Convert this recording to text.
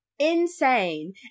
Insane